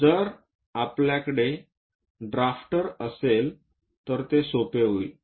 जर आपल्याकडे ड्रॅफ्टर असेल तर ते सोपे होईल